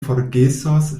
forgesos